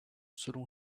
selon